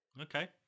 Okay